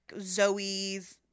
Zoe's